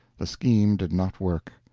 the scheme did not work.